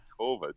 COVID